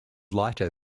lighter